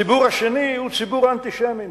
הציבור השני הוא הציבור האנטישמי,